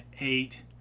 eight